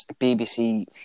BBC